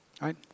Right